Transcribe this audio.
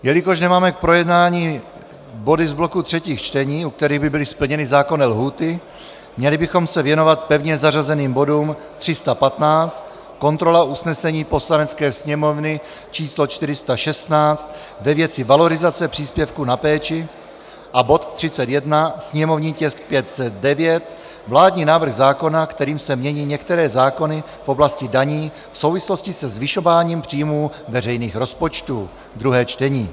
Jelikož nemáme k projednání body z bloku třetích čtení, u kterých by byly splněny zákonné lhůty, měli bychom se věnovat pevně zařazeným bodům: 315 kontrola usnesení Poslanecké sněmovny č. 416 ve věci valorizace příspěvku na péči, a bod 31, sněmovní tisk 509 vládní návrh zákona, kterým se mění některé zákony v oblasti daní v souvislosti se zvyšováním příjmů veřejných rozpočtů, druhé čtení.